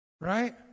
Right